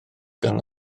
gan